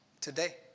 today